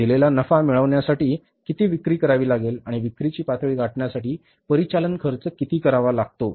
दिलेला नफा मिळविण्यासाठी किती विक्री करावी लागेल आणि विक्रीची पातळी गाठण्यासाठी परिचालन खर्च किती करावा लागतो